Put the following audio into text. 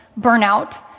burnout